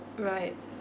right